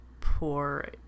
poor